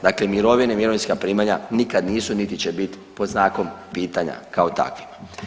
Dakle, mirovine i mirovinska primanja nikad nisu, niti će biti pod znakom pitanja kao takve.